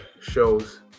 shows